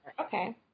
Okay